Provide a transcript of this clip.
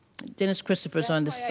dennis christopher's unders.